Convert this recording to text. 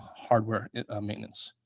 hardware maintenance.